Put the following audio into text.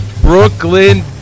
Brooklyn